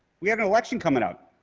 we have an election coming up.